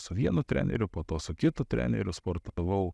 su vienu treneriu po to su kitu treneriu sportavau